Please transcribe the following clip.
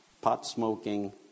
pot-smoking